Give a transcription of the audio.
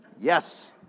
Yes